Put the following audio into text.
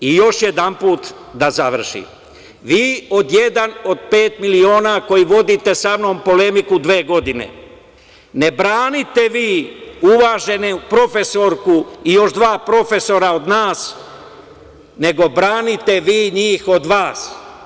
Još jednom da završim, vi „1 od 5 miliona“ koji vodite sa mnom polemiku dve godine, ne branite vi uvaženu profesorku i još dva profesora od nas, nego branite vi njih od vas.